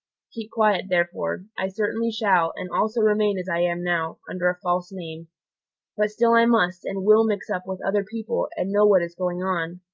keep quiet, therefore, i certainly shall, and also remain as i am now, under a false name but still i must and will mix up with other people and know what is going on.